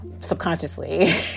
subconsciously